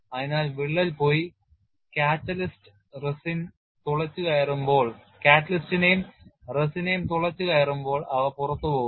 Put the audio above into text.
അതിനാൽ വിള്ളൽ പോയി കാറ്റലിസ്റ്റിനെയും റെസിനെയും തുളച്ചുകയറുമ്പോൾ അവ പുറത്തുപോകുന്നു